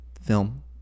film